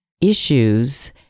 issues